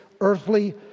earthly